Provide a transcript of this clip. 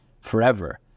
forever